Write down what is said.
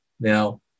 Now